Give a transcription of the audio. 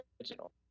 original